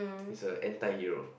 he's a anti hero